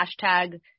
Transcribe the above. hashtag